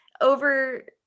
over